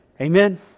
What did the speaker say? Amen